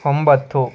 ಒಂಬತ್ತು